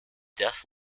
def